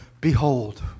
behold